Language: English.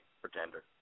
pretender